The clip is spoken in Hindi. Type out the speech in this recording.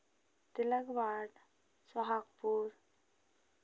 तिलकवाड सोहागपुर